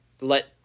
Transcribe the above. let